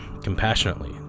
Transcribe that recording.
compassionately